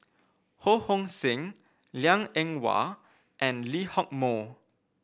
Ho Hong Sing Liang Eng Hwa and Lee Hock Moh